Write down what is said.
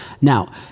Now